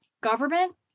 government